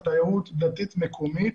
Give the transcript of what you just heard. על תיירות דתית מקומית,